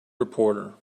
reporter